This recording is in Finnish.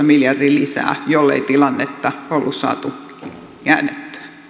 miljardi lisää kaksituhattaseitsemäntoista jollei tilannetta ole saatu käännettyä